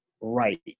right